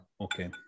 Okay